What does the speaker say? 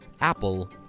Apple